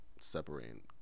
Separating